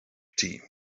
tea